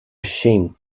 ashamed